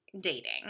dating